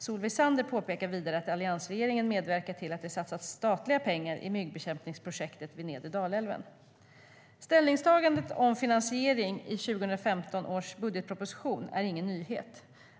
Solveig Zander påpekar vidare att alliansregeringen medverkat till att det satsats statliga pengar i myggbekämpningsprojektet vid nedre Dalälven.Ställningstagandet om finansiering i 2015 års budgetproposition är ingen nyhet.